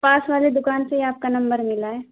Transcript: پاس والی دکان سے ہی آپ کا نمبر ملا ہے